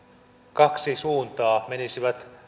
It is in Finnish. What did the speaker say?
kaksi suuntaa menisivät